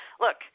look